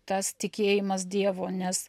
tas tikėjimas dievu nes